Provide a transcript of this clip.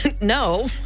No